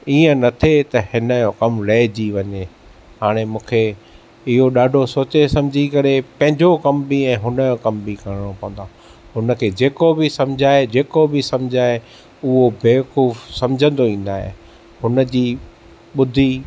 इएं न थिए त हिन जो कमु रहजी वञे हाणे मूंखे इयो ॾाढो सोचे सम्झी करे पंहिंजो कमु बि ऐं हुनयो कमु बि करणो पवंदो आहे हुनखे जेको बि समझाए जेको बि समझाए उओ बेवकूफ़ समझंदो ई न आहे हुनजी ॿुधी